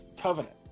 Covenant